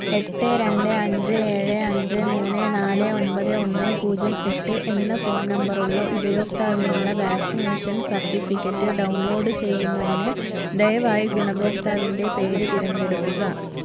എട്ട് രണ്ട് അഞ്ച് ഏഴ് അഞ്ച് മൂന്ന് നാല് ഒൻപത് ഒന്ന് പൂജ്യം എട്ട് എന്ന ഫോൺ നമ്പർ ഉള്ള ഉപഭോക്താവിനുള്ള വാക്സിനേഷൻ സർട്ടിഫിക്കറ്റ് ഡൗൺലോഡ് ചെയ്യുന്നതിന് ദയവായി ഗുണഭോക്താവിന്റെ പേര് തിരഞ്ഞെടുക്കുക